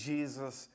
Jesus